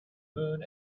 moon